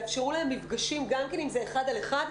להנחיות ויאפשרו להם מפגשים גם אם זה אחד על אחד,